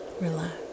relax